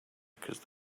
because